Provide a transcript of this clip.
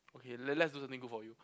okay let let's do something good for you